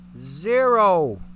Zero